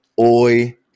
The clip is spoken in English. Oi